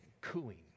cooing